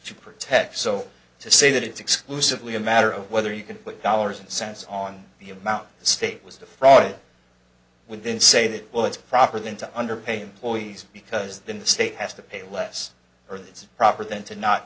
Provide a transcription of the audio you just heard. to protect so to say that it's exclusively a matter of whether you can put dollars and cents on the amount the state was defrauded within say that well it's proper then to underpay employees because then the state has to pay less or it's proper than to not